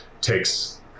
takes